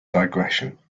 digression